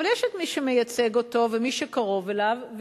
אבל יש מי שמייצג אותו ומי שקרוב אליו,